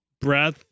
breath